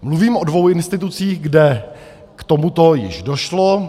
Mluvím o dvou institucích, kde k tomuto již došlo.